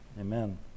Amen